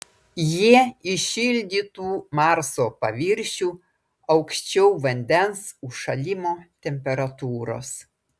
jie įšildytų marso paviršių aukščiau vandens užšalimo temperatūros